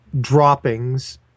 droppings